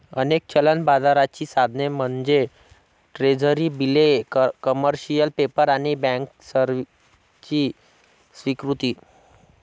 अनेक चलन बाजाराची साधने म्हणजे ट्रेझरी बिले, कमर्शियल पेपर आणि बँकर्सची स्वीकृती